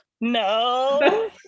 no